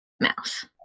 mouse